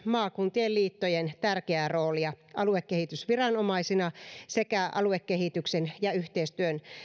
maakuntien liittojen tärkeän roolin aluekehitysviranomaisina sekä aluekehityksen ja yhteistyön